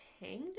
hanged